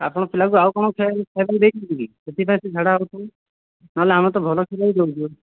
ଆପଣ ପିଲାକୁ ଆଉ କ'ଣ ଖିଅ ଖାଇବାକୁ ଦେଇଛନ୍ତି କି ସେଥିପାଇଁ ସେ ଝାଡ଼ା ହଉଛୁ ନହେଲେ ଆମର ତ ଭଲ କ୍ଷୀର ହିଁ ଦେଉଛୁ